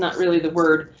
really the word,